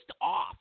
off